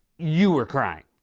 you were crying!